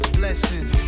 blessings